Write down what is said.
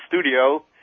studio